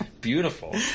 Beautiful